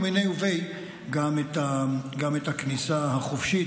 ומניה וביה גם את הכניסה החופשית,